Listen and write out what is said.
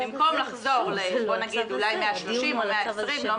במקום לחזור אולי ל-130,000 או 120,000 שקל,